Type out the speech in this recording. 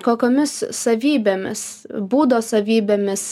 kokiomis savybėmis būdo savybėmis